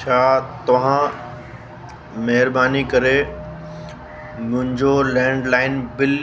छा तव्हां महिरबानी करे मुंहिंजो लैंडलाइन बिल